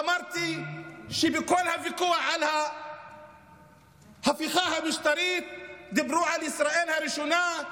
אמרתי שבכל הוויכוח על ההפיכה המשטרית דיברו על ישראל הראשונה,